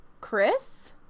Chris